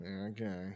Okay